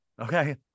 Okay